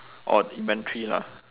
orh inventory lah